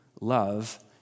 love